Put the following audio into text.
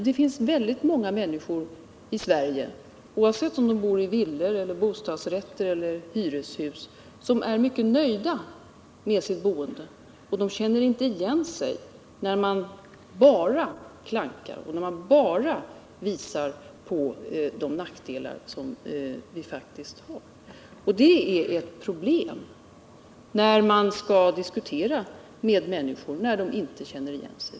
Det finns väldigt många människor i Sverige — oavsett om de bor i villor, med bostadsrätt eller i hyreshus — som är mycket nöjda med sitt boende, och de känner inte igen sig, när man bara klankar och när man bara visar på de nackdelar som vi faktiskt har. Det är ett problem, när man skall diskutera med människor, att de inte känner igen sig.